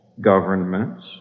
governments